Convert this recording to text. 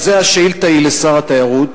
לכן השאילתא היא לשר התיירות.